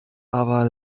aber